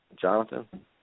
Jonathan